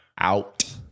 out